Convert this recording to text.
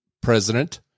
president